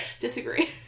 disagree